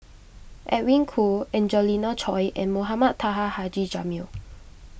Edwin Koo Angelina Choy and Mohamed Taha Haji Jamil